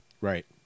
right